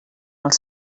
els